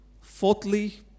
Fourthly